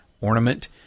ornament